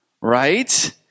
Right